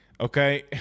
okay